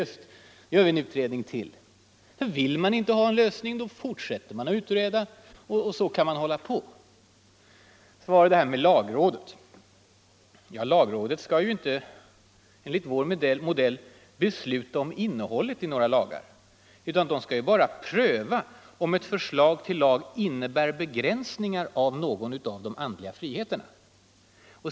Då gör vi en utredning till! Vill man inte ha en lösning fortsätter man att utreda — och så kan man hålla på. När det sedan gäller lagrådet skall detta inte, enligt vår modell, besluta om innehållet i några lagar utan bara pröva om ett förslag till lag innebär begränsningar i någon av de andliga friheterna.